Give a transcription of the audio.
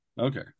Okay